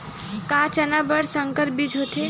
का चना बर संकर बीज होथे?